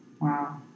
Wow